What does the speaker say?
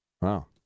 Wow